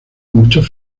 muchos